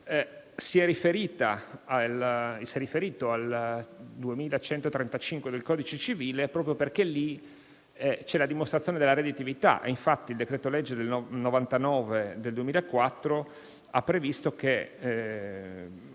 si è riferito all'articolo 2135 del codice civile proprio perché lì c'è la dimostrazione della redditività. Infatti, il decreto legislativo n. 99 del 2004 ha previsto che